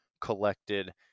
collected